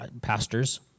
pastors